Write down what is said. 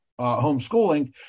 homeschooling